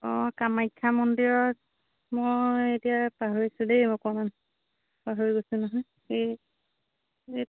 অঁ কামাখ্যা মন্দিৰত মই এতিয়া পাহৰিছোঁ দেই অকণমান পাহৰি গৈছোঁ নহয় এই এই